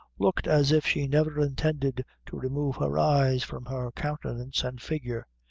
looked as if she never intended to remove her eyes from her countenance and figure.